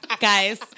Guys